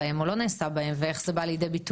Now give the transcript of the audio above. ומעלה.